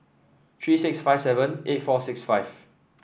three six five seven eight four six five